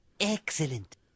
Excellent